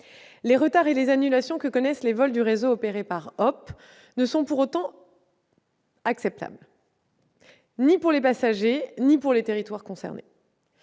Les retards et les annulations que connaissent les vols du réseau opéré par Hop ! ne sont pour autant acceptables ni pour les passagers ni pour les territoires concernés.